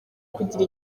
kugira